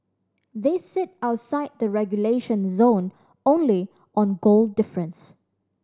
they sit outside the relegation zone only on goal difference